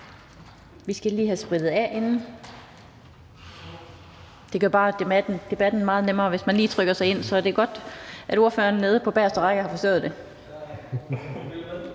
Vi skal lige have sprittet af. Det gør bare debatten meget nemmere, hvis man lige trykker sig ind, så det er godt, at ordføreren nede på bageste række har forstået det.